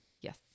Yes